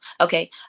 Okay